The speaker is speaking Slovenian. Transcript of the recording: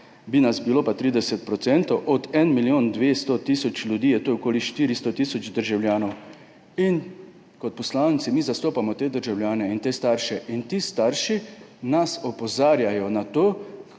pa nas bilo 30 %, od 1 milijona 200 tisoč ljudi je to okoli 400 tisoč državljanov. Kot poslanci mi zastopamo te državljane in te starše. Ti starši nas opozarjajo na to,